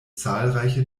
zahlreiche